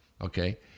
okay